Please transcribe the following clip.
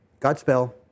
Godspell